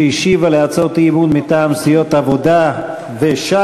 שהשיבה על הצעות אי-אמון מטעם סיעות העבודה וש"ס.